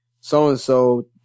so-and-so